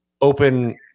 open